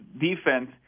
defense